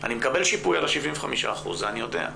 אני מקבל שיפוי על ה-75%, זה אני יודע.